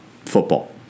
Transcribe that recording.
Football